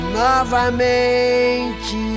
novamente